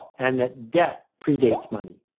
and that debt predates money.